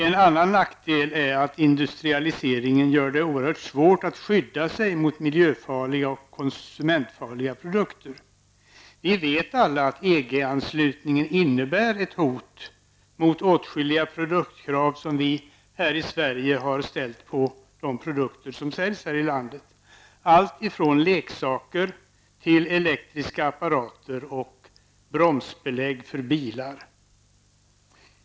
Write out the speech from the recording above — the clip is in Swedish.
En annan nackdel är att industrialiseringen gör det oerhört svårt att skydda sig mot miljöfarliga och konsumentfarliga produkter. Vi vet alla att EG anslutningen innebär ett hot mot åtskilliga av de krav som vi i Sverige har ställt på de produkter som säljs här i landet, allt ifrån leksaker till elektriska apparater och bromsbelägg för bilar.